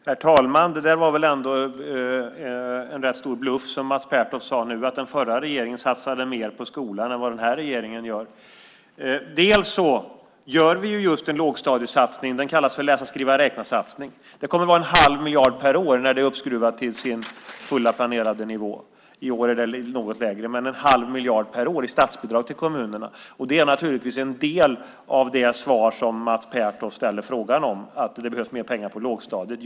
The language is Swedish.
Herr talman! Det där var väl ändå en rätt stor bluff. Mats Pertoft sade att den förra regeringen satsade mer på skolan än vad den här regeringen gör. Vi gör en lågstadiesatsning. Den kallas läsa-skriva-räkna-satsningen. Det kommer att ges 1⁄2 miljard per år när den är uppskruvad till sin fulla planerade nivå. I år är det något lägre, men en 1⁄2 miljard per år i statsbidrag till kommunerna kommer att ges. Det är naturligtvis en del av svaret på det Mats Pertoft frågade om. Det behövs mer pengar på lågstadiet.